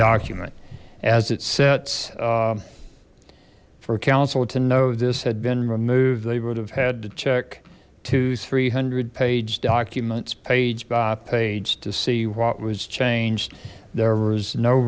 document as it sets for council to know this had been removed they would have had to check to three hundred page documents page by page to see what was changed there was no